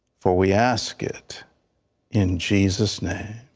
for we ask it in jesus name.